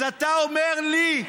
אז אתה אומר לי,